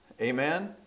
amen